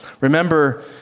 Remember